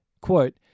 Quote